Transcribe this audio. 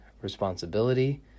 responsibility